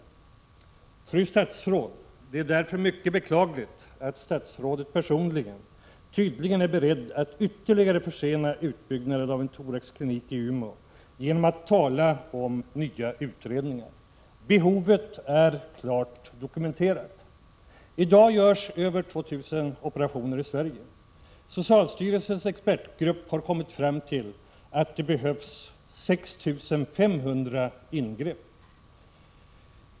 Fru statsråd! Det är av dessa skäl mycket beklagligt att statsrådet personligen tydligen är beredd att ytterligare försena utbyggnaden av en thoraxklinik i Umeå genom att tala om nya utredningar. Behovet är klart dokumenterat. I dag görs drygt 2 000 operationer i Sverige. Socialstyrelsens expertgrupp har kommit fram till att det behövs 6 500 ingrepp.